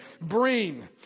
bring